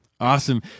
Awesome